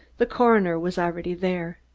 the coroner was already there.